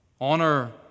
Honor